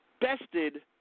bested